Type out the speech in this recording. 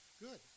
Good